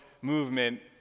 movement